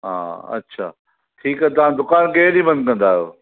हा अच्छा ठीकु आहे तव्हां दुकानु कंहिं ॾीहुं बंदि कंदा आहियो